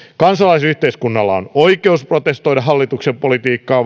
kansalaisyhteiskunnalla on oikeus protestoida hallituksen politiikkaa